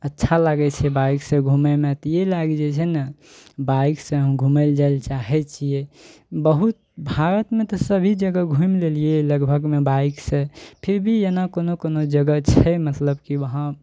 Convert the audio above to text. अच्छा लागय छै बाइकसँ घुमयमे तऽ ई लागि जाइ छै ने बाइकसँ हम घुमय लए जाइ लए चाहय छियै बहुत भारतमे तऽ सभी जगह घुमि लेलियइ यऽ लगभगमे बाइकसँ फिर भी एना कोनो कोनो जगह छै मतलब कि वहाँ